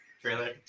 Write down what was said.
trailer